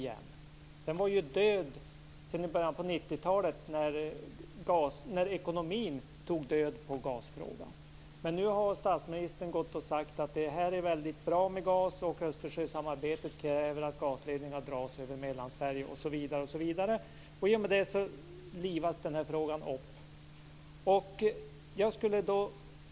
Den frågan har ju varit död sedan början av 90-talet, då ekonomin tog död på den. Men nu har ju statsministern uttalat att det här med gas är väldigt bra, att Östersjösamarbetet kräver att gasledningar dras över Mellansverige osv. I och med det livas gasfrågan upp igen.